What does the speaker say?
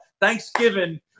Thanksgiving